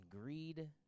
greed